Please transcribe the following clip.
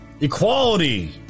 equality